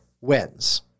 wins